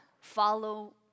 follow